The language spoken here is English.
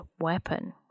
weapon